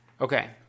Okay